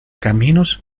caminos